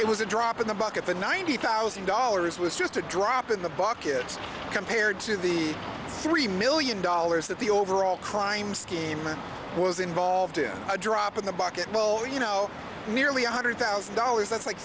it was a drop in the bucket the ninety thousand dollars was just a drop in the bucket compared to the three million dollars that the overall crime scheme was involved in a drop in the bucket will you know nearly one hundred thousand dollars that's like